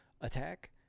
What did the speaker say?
attack